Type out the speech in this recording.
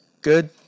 Good